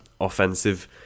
offensive